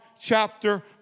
chapter